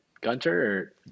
Gunter